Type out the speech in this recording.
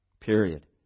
Period